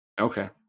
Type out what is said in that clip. Okay